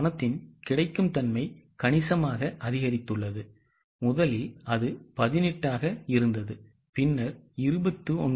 பணத்தின் கிடைக்கும் தன்மை கணிசமாக அதிகரித்துள்ளது முதலில் அது 18 ஆக இருந்தது பின்னர் 29800